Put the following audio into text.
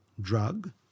drug